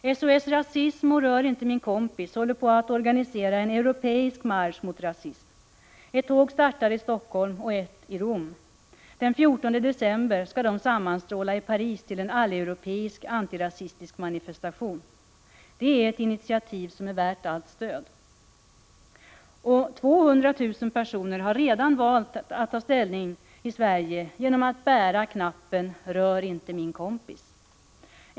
SOS Racisme och ”Rör inte min kompis” håller på att organisera en europeisk marsch mot rasism. Ett tåg startar i Helsingfors och ett i Rom. Den 14 december skall de sammanstråla i Paris till en alleuropeisk antirasistisk manifestation. Det är ett initiativ som är värt allt stöd. 200 000 personer har redan valt att ta ställning i Sverige genom att bära knappen ”Rör inte min kompis”.